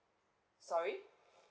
sorry